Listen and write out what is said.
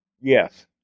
Yes